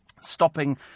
stopping